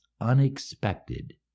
unexpected